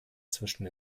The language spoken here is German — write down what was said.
zwischen